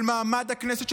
של מעמד הכנסת,